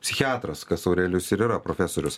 psichiatras kas aurelijus ir yra profesorius